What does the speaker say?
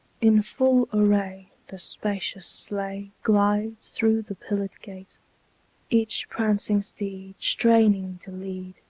in full array, the spacious sleigh glides through the pillared gate each prancing steed, straining to lead,